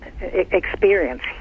experience